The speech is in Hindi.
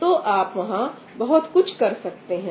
तो आप वहां बहुत कुछ कर सकते हैं